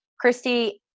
Christy